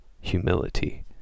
humility